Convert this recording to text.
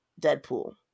Deadpool